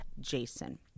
Jason